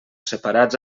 separats